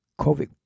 COVID